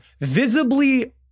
visibly